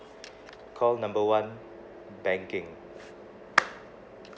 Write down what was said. call number one banking